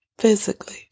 Physically